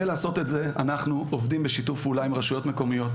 לעשות את זה אנחנו עובדים בשיתוף פעולה עם רשויות מקומיות.